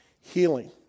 healing